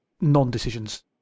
non-decisions